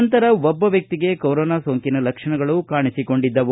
ನಂತರ ಒಬ್ಬ ವ್ಯಕ್ತಿಗೆ ಕೊರೋನಾ ಸೋಂಕಿನ ಲಕ್ಷಣಗಳು ಕಾಣಿಸಿಕೊಂಡಿದ್ದವು